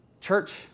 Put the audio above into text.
Church